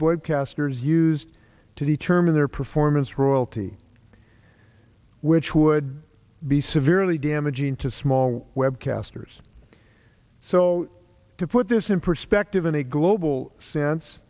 boy castors used to determine their performance royalty which would be severely damaging to small web casters so to put this in perspective in a global sense